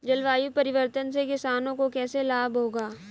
जलवायु परिवर्तन से किसानों को कैसे लाभ होगा?